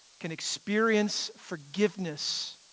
can experience forgiveness,